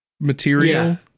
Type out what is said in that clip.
material